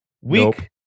week